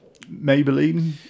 Maybelline